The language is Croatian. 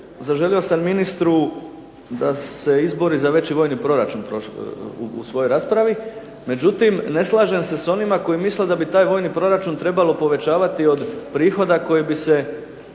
zaželio sam ministru da se izbori za veći vojni proračun u svojoj raspravi, međutim ne slažem se s onima koji misle da taj vojni proračun treba povećavati od prihoda koji bi se